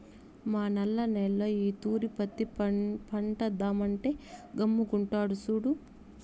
మా నల్ల నేల్లో ఈ తూరి పత్తి పంటేద్దామంటే గమ్ముగుండాడు సూడు